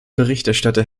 berichterstatter